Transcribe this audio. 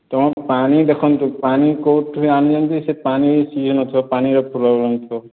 ତୁମେ ପାଣି ଦେଖନ୍ତୁ ପାଣି କେଉଁଥିରେ ଆଣୁଛନ୍ତି ସେହି ପାଣିରେ ଶିଝୁନଥିବ ପାଣିରେ ପ୍ରୋବ୍ଲେମ୍ ଥିବ